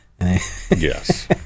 Yes